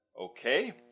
Okay